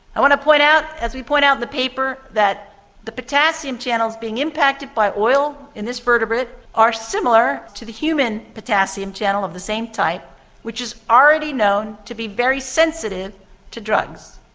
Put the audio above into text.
i want to point out, as we point out in the paper, that the potassium channels being impacted by oil in this vertebrate are similar to the human potassium channel of the same type which is already known to be very sensitive to drugs.